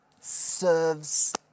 serves